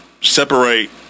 Separate